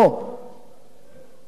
הגיע לוועדת הכספים,